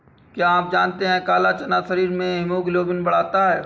क्या आप जानते है काला चना शरीर में हीमोग्लोबिन बढ़ाता है?